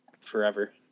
forever